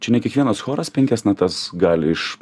čia ne kiekvienas choras penkias natas gali iš